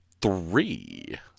three